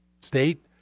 State